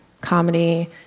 comedy